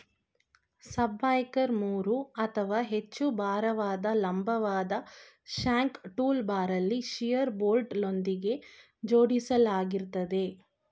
subsoiler ಮೂರು ಅಥವಾ ಹೆಚ್ಚು ಭಾರವಾದ ಲಂಬವಾದ ಶ್ಯಾಂಕ್ ಟೂಲ್ಬಾರಲ್ಲಿ ಶಿಯರ್ ಬೋಲ್ಟ್ಗಳೊಂದಿಗೆ ಜೋಡಿಸಲಾಗಿರ್ತದೆ